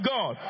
God